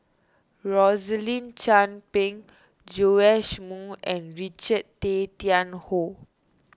Rosaline Chan Pang Joash Moo and Richard Tay Tian Hoe